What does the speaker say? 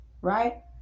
right